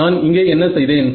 நான் இங்கே என்ன செய்தேன்